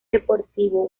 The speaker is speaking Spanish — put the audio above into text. deportivo